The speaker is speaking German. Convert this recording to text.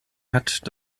hat